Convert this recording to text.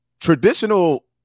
traditional